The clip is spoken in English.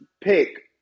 pick